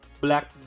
black